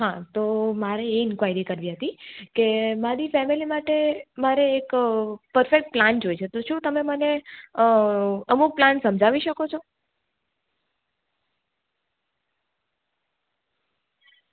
હા તો મારે એ ઈન્ક્વાયરી કરવી હતી કે મારી ફેમિલી માટે મારે એક પરફેક્ટ પ્લાન જોઈએ છે તો શું તમે મને અમુક પ્લાન સમજાવી શકો છો